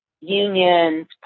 unions